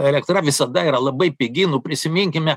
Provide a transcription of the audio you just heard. elektra visada yra labai pigi nu prisiminkime